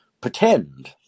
pretend